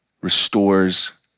restores